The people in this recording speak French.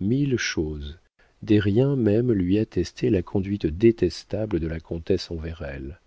mille choses des riens même lui attestaient la conduite détestable de la comtesse envers elle